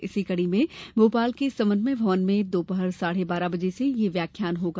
इसी कड़ी में भोपाल के समन्वय भवन में दोपहर साढ़े बारह बजे से ये व्याख्यान होगा